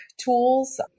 tools